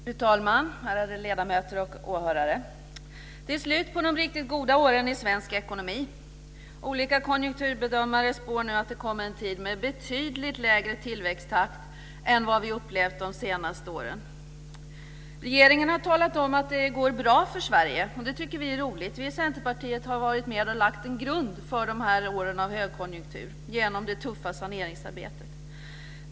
Fru talman! Ärade ledamöter och åhörare! Det är slut med de riktigt goda åren i svensk ekonomi. Olika konjunkturbedömare spår nu att det kommer en tid med betydligt lägre tillväxttakt än vad vi upplevt de senaste åren. Regeringen har talat om att det går bra för Sverige, och det tycker vi är roligt. Centerpartiet har varit med och lagt en grund för åren av högkonjunktur genom det tuffa saneringsarbetet.